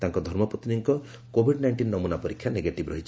ତାଙ୍କ ଧର୍ମପତ୍ନୀଙ୍କ COVID nineteen ନମୁନା ପରୀକ୍ଷା ନେଗେଟିଭ୍ ରହିଛି